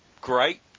great